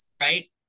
right